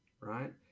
right